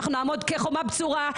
אנחנו נעמוד כחומה בצורה,